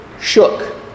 shook